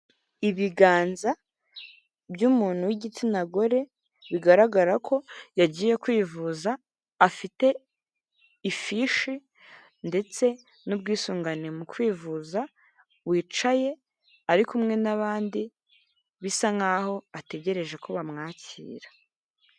Ibiganza by'umuntu w'igitsina gore bigaragara ko yagiye kwivuza afite ifishi ndetse n'ubwisungane mu kwivuza wicaye ari kumwe n'abandi bisa nk'aho ategereje ko bamwakira.